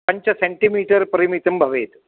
पञ्च सेण्टिमीटर् परिमितं भवेत्